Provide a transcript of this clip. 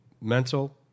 mental